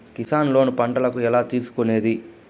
Kisan loan పంటలకు ఎలా తీసుకొనేది?